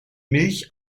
milch